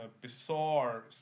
bizarre